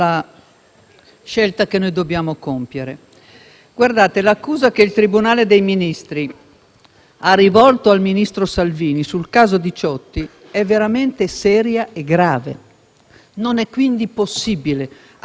ha rivolto al ministro Salvini sul caso Diciotti è veramente seria e grave; non è quindi possibile archiviarla né tenerla solo sul piano delle diverse o opposte